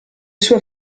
sue